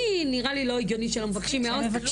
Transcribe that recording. נראה לי לא הגיוני שלא מבקשים מהעו"סים.